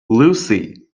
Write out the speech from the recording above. lucy